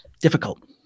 Difficult